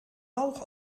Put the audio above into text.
rauch